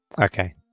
Okay